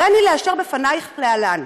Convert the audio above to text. הריני לאשר בפנייך להלן: